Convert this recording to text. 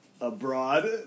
abroad